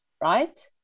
right